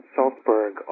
Salzburg